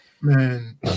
Man